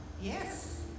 Yes